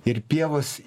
ir pievos